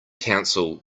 council